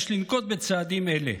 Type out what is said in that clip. יש לנקוט בצעדים אלה,